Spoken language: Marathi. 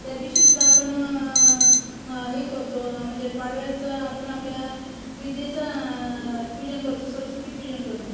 त्यादिवशीसुद्धा आपण म हे करतो म्हणजे पाडव्याचा आपण आपल्या विद्येचा पूजन करतो सरस्वतीपूजन करतो